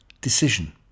decision